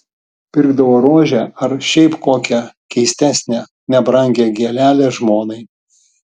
pirkdavo rožę ar šiaip kokią keistesnę nebrangią gėlelę žmonai